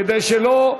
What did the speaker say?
כדי שלא,